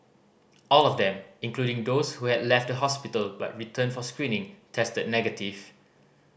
all of them including those who had left the hospital but returned for screening tested negative